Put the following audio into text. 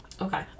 okay